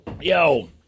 Yo